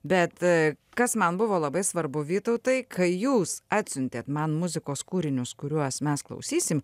bet kas man buvo labai svarbu vytautai kai jūs atsiuntėt man muzikos kūrinius kuriuos mes klausysim